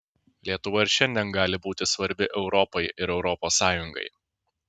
lietuva ir šiandien gali būti svarbi europai ir europos sąjungai